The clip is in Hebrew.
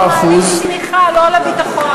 בצרכים